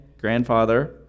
grandfather